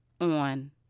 on